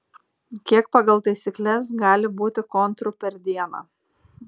kiek pagal taisykles gali būti kontrų per dieną